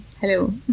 Hello